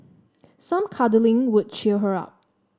some cuddling would cheer her up